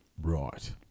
Right